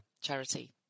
Charity